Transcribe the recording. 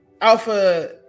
Alpha